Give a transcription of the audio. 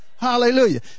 Hallelujah